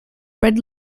red